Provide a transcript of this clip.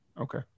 Okay